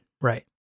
right